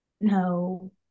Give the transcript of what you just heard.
no